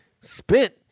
spent